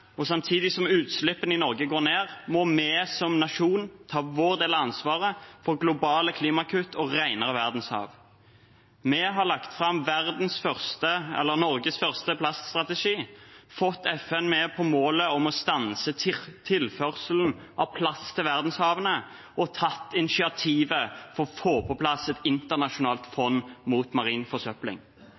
og samtidig som utslippene i Norge går ned, må vi som nasjon ta vår del av ansvaret for globale klimakutt og renere verdenshav. Vi har lagt fram Norges første plaststrategi, fått FN med på målet om å stanse tilførselen av plast til verdenshavene og tatt initiativ til å få på plass et internasjonalt fond mot marin forsøpling.